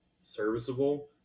serviceable